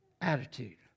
attitude